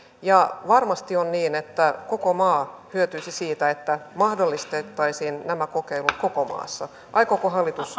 ja varmasti on niin että koko maa hyötyisi siitä että mahdollistettaisiin nämä kokeilut koko maassa aikooko hallitus